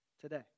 today